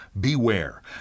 beware